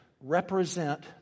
represent